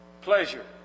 pleasure